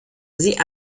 sie